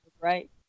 right